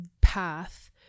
path